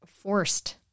forced